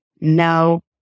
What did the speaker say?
No